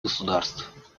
государств